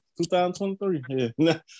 2023